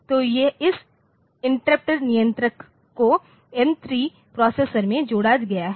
तो इस इंटरप्टनियंत्रक को एम 3 प्रोसेसर में जोड़ा गया है